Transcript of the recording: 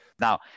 Now